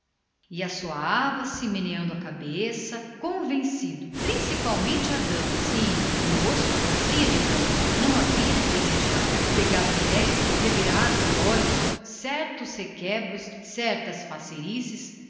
e assoava se meneando a cabeça convencido principalmente a dama sim o moço que fazia de dama não havia que desejar o pegar do leque o revirar dos olhos certos requebros certas faceirices